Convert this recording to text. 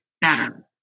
better